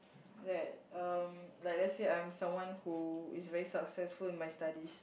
that um like let's say I'm someone who is very successful in my studies